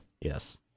yes